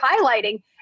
highlighting